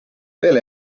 veel